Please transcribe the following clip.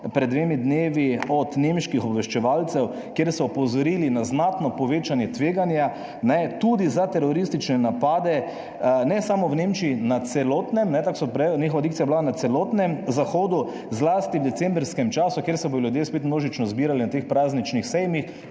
pred dvema dnevoma od nemških obveščevalcev, kjer so opozorili na znatno povečanje tveganja, ne, tudi za teroristične napade, ne samo v Nemčiji, na celotnem, tako so, njihova dikcija je bila na celotnem zahodu, zlasti v decembrskem času, kjer se bodo ljudje spet množično zbirali na teh prazničnih sejmih,